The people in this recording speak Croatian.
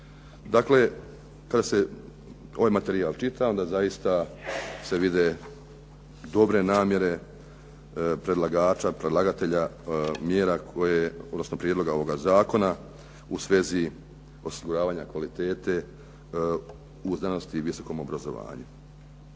Dakle, kada se ovaj materijal čita onda zaista se vide dobre namjere predlagača, predlagatelja mjera, odnosno prijedloga ovoga zakona i svezi osiguravanja kvalitete u znanosti i visokom obrazovanju.